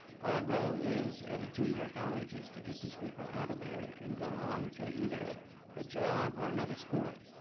our goal is, as a two year college, is to get these people out of there and go on to either a job or another school.